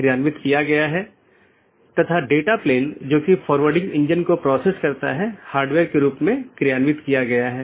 उदाहरण के लिए एक BGP डिवाइस को इस प्रकार कॉन्फ़िगर किया जा सकता है कि एक मल्टी होम एक पारगमन अधिकार के रूप में कार्य करने से इनकार कर सके